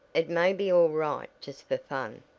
it may be all right just for fun,